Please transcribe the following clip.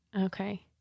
okay